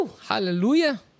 hallelujah